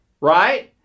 right